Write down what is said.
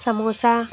samosa